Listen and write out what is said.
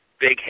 big